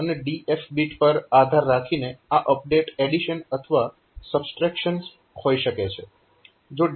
અને DF bit પર આધાર રાખીને આ અપડેટ એડીશન અથવા સબ્સ્ટ્રેક્શન હોઈ શકે છે